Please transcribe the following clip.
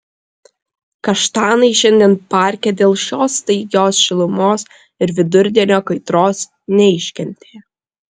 kaštanai šiandien parke dėl šios staigios šilumos ir vidurdienio kaitros neiškentė